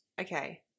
Okay